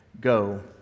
go